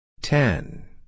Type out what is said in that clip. Ten